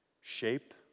shape